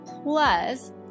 Plus